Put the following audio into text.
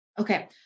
Okay